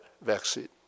vaccine